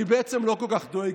אני בעצם לא כל כך דואג,